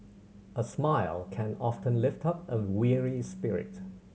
a smile can often lift up a weary spirit